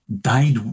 died